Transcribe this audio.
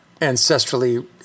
ancestrally